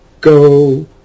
go